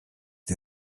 die